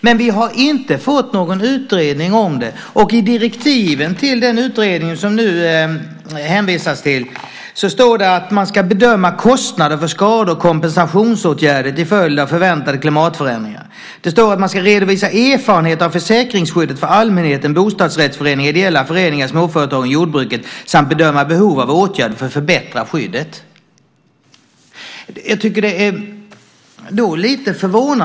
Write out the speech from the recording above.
Men vi har inte fått någon utredning om detta. I direktiven till den utredning som det nu hänvisas till står det att man ska bedöma kostnader för skador och kompensationsåtgärder till följd av förväntade klimatförändringar. Det står att man ska redovisa erfarenheter av försäkringsskyddet för allmänheten, bostadsrättsföreningar, ideella föreningar, småföretag och jordbruket samt bedöma behov av åtgärder för att förbättra skyddet.